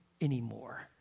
anymore